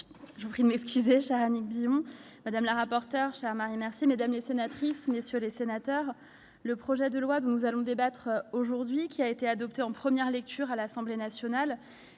aux droits des femmes -chère Annick Billon -, madame la rapporteur -chère Marie Mercier -, mesdames les sénatrices, messieurs les sénateurs, le projet de loi dont nous allons débattre aujourd'hui, qui a été adopté en première lecture à l'Assemblée nationale,